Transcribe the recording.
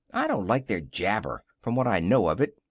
i don't like their jabber, from what i know of it.